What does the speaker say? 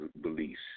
beliefs